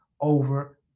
over